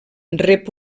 rep